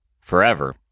forever